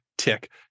tick